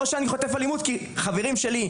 או שאני חוטף אלימות כי חברים שלי,